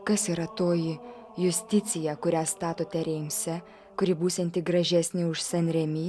kas yra toji justicija kurią statote reimse kuri būsianti gražesnė už san remi